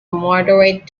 moderate